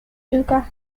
luka